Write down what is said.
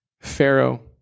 Pharaoh